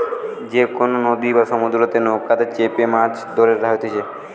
যে কোনো নদী বা সমুদ্রতে যে নৌকাতে চেপেমাছ ধরা হতিছে